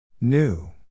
New